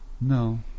no